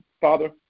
Father